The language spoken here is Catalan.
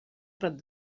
prat